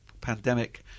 pandemic